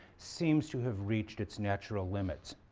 seems to have reached its natural limits,